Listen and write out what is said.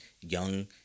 young